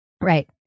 Right